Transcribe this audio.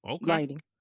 lighting